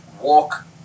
walk